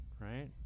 right